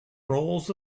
rolls